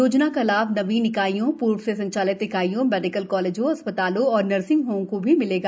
योजना का लाभ नवीन इकाइयों र्व से संचालित इकाइयों मेडिकल कॉलेजों अस् तालों और नर्सिंग होम को भी मिल सकेगा